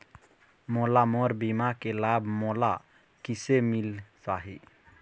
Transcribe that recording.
मोला मोर बीमा के लाभ मोला किसे मिल पाही?